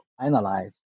analyze